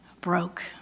broke